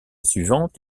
suivante